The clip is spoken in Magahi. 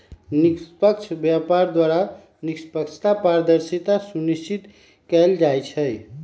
निष्पक्ष व्यापार द्वारा निष्पक्षता, पारदर्शिता सुनिश्चित कएल जाइ छइ